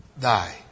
die